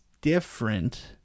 different